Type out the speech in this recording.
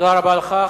תודה רבה לך.